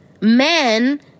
men